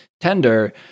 tender